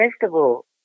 vegetable